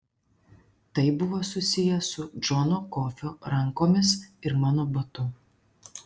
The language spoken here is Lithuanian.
tai buvo susiję su džono kofio rankomis ir mano batu